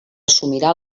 assumirà